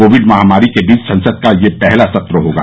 Covid महामारी के बीच संसद का यह पहला सत्र होगा